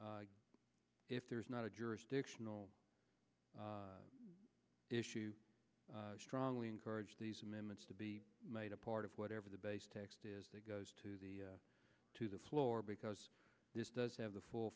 committee if there is not a jurisdictional issue strongly encourage these amendments to be made a part of whatever the base text is that goes to the to the floor because this does have the full